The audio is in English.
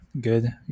Good